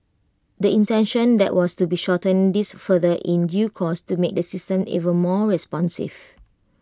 the intention that was to shorten this further in due course to make the system even more responsive